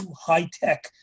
high-tech